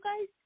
guys